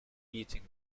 eating